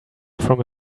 from